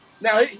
Now